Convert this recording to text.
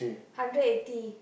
hundred eighty